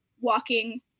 walking